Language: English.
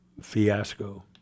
fiasco